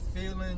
feeling